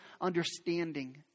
understanding